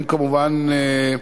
הם כמובן,